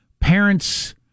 parents